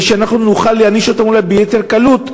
שאנחנו נוכל להעניש אותם אולי ביתר קלות,